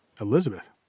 Elizabeth